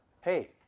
hey